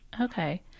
Okay